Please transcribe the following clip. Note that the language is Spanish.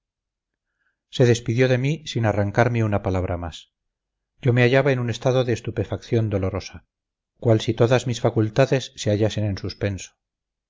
se despidió de mí sin arrancarme una palabra más yo me hallaba en un estado de estupefacción dolorosa cual si todas mis facultades se hallasen en suspenso